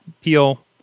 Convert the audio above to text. peel